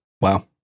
Wow